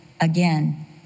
again